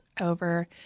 over